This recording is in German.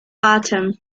atem